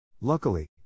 Luckily